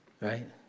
Right